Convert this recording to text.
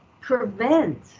prevent